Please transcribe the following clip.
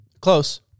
Close